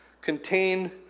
contain